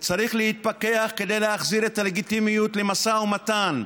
צריך להתפכח כדי להחזיר את הלגיטימיות למשא ומתן,